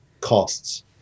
costs